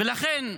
ולכן,